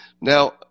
Now